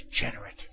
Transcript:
degenerate